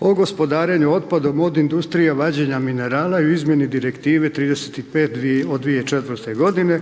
o gospodarenju otpadom, od industrije, vađenja minerala i u izmjeni Direktive 35 od 2004.-te godine